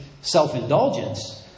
self-indulgence